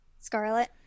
Scarlet